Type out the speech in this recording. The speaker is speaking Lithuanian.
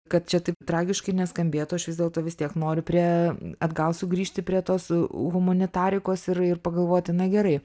kad čia taip tragiškai neskambėtų aš vis dėlto vis tiek noriu prie atgal sugrįžti prie tos humanitarikos ir ir pagalvoti na gerai